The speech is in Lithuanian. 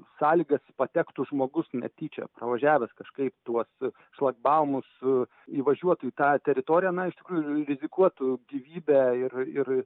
sąlygas patektų žmogus netyčia pravažiavęs kažkaip tuos šlagbaumus įvažiuotų į tą teritoriją na iš tikrųjų rizikuotų gyvybe ir ir